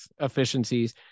efficiencies